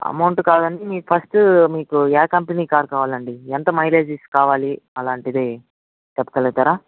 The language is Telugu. అమౌంట్ కాదండి మీకు ఫస్ట్ మీకు ఏ కంపెనీ కార్ కావాలండి ఎంత మైలేజీస్ కావాలి అలాంటిది చెప్పగలుగుతారా